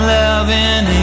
loving